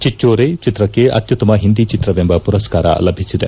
ಚಿಚ್ನೋರೆ ಚಿತ್ರಕ್ಷ ಅತ್ಯುತ್ತಮ ಹಿಂದಿ ಚಿತ್ರವೆಂಬ ಪುರಸ್ಕಾರ ಲಭಿಸಿದೆ